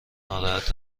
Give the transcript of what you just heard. ناراحت